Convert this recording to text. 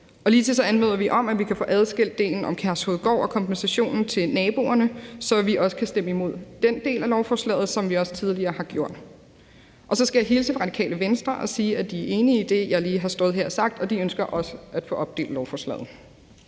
Ligeledes anmoder vi om, at vi kan få adskilt delen om Kærshovedgård og kompensationen til naboerne, så vi også kan stemme imod den del af lovforslaget, som vi også tidligere har gjort. Så skal jeg hilse fra Radikale Venstre og sige, at de er enige i det, jeg lige har stået her og sagt, og de ønsker også at få opdelt lovforslaget.